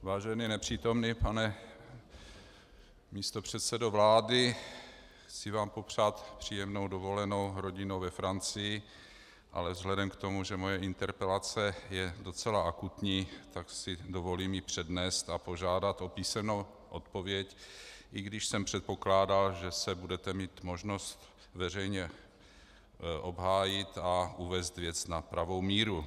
Vážený nepřítomný pane místopředsedo vlády, chci vám popřát příjemnou rodinnou dovolenou ve Francii, ale vzhledem k tomu, že moje interpelace je docela akutní, tak si dovolím ji přednést a požádat o písemnou odpověď, i když jsem předpokládal, že se budete mít možnost veřejně obhájit a uvést věc na pravou míru.